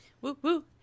Woo-woo